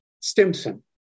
Stimson